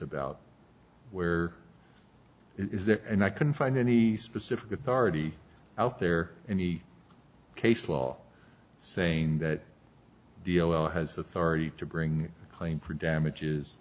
about where it is there and i can find any specific authority out there any case law saying that deal has the authority to bring a claim for damages